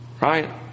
Right